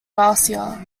garcia